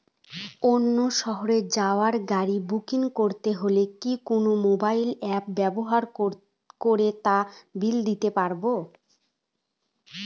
অন্য শহরে যাওয়ার গাড়ী বুকিং করতে হলে কি কোনো মোবাইল অ্যাপ ব্যবহার করে তার বিল দিতে পারব?